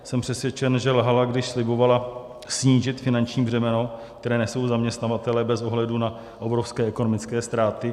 Jsem přesvědčen, že lhala, když slibovala snížit finanční břemeno, které nesou zaměstnavatelé bez ohledu na obrovské ekonomické ztráty.